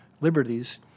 liberties